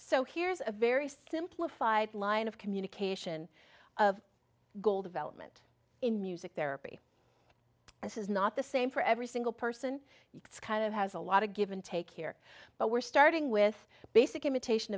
so here's a very simplified line of communication of goal development in music therapy this is not the same for every single person kind of has a lot of give and take here but we're starting with basic imitation